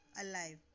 alive